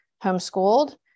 homeschooled